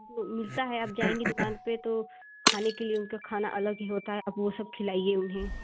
वो मिलता है आप जाएँगी दुकान पे तो खाने के लिए उनका खाना अलग ही होता है आप वो सब खिलाइए उन्हें